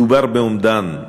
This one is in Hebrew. מדובר באומדן,